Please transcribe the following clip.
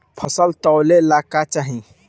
फसल तौले ला का चाही?